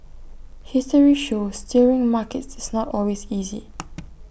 history shows steering markets is not always easy